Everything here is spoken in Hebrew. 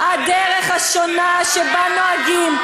הדרך השונה שבה נוהגים,